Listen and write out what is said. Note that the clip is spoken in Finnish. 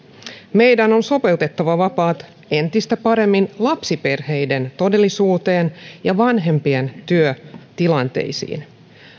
meidän on sopeutettava vapaat entistä paremmin lapsiperheiden todellisuuteen ja vanhempien työtilanteisiin